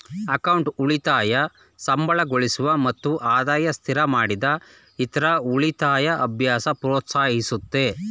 account ಉಳಿತಾಯ ಸಂಬಳಗಳಿಸುವ ಮತ್ತು ಆದಾಯ ಸ್ಥಿರಮಾಡಿದ ಇತ್ರ ಉಳಿತಾಯ ಅಭ್ಯಾಸ ಪ್ರೋತ್ಸಾಹಿಸುತ್ತೆ